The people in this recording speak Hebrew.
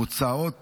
מוצעות